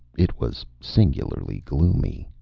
it was singularly gloomy.